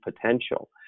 potential